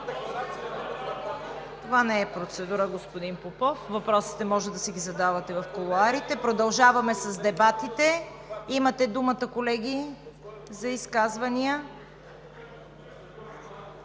Това не е процедура, господин Попов. Въпросите може да си ги задавате в кулоарите. Продължаваме с дебатите. Колеги, имате думата за изказвания.